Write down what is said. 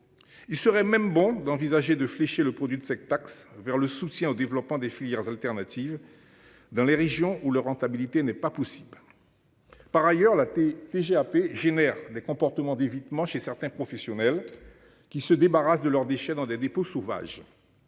Il serait même bon d'envisager de flécher le produit de cette taxe vers le soutien au développement des filières alternatives. Dans les régions où la rentabilité n'est pas possible. Par ailleurs la tes TGAP génère des comportements d'évitement chez certains professionnels. Qui se débarrassent de leurs déchets dans des dépôts sauvages.